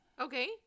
Okay